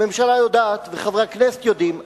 הממשלה יודעת וחברי הכנסת יודעים,